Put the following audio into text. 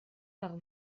par